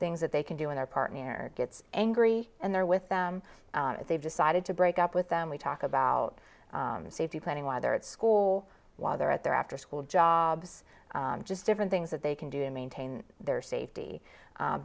things that they can do in our partner gets angry and they're with them they've decided to break up with them we talk about safety planning whether it's school while they're at their after school jobs just different things that they can do to maintain their safety